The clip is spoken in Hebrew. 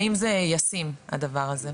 האם זה ישים הדבר הזה.